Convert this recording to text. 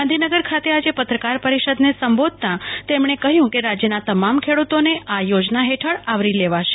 ગાંધીનગર ખાતે આજે પત્રકાર પરિષદને સંબોધતા તેમણે કહ્યું કે રાજ્યના તમામ ખેડૂતોને આ યોજના હેઠળ આવરી લેવાશે